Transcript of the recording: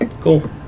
Cool